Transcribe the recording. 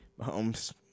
Mahomes